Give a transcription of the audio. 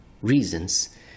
reasons